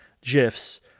GIFs